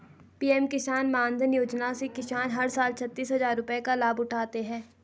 PM किसान मानधन योजना से किसान हर साल छतीस हजार रुपये का लाभ उठाते है